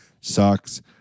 sucks